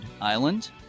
Island